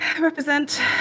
represent